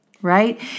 right